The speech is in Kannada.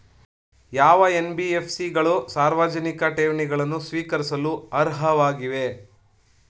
ಯಾವ ಎನ್.ಬಿ.ಎಫ್.ಸಿ ಗಳು ಸಾರ್ವಜನಿಕ ಠೇವಣಿಗಳನ್ನು ಸ್ವೀಕರಿಸಲು ಅರ್ಹವಾಗಿವೆ?